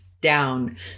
down